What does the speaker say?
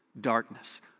Darkness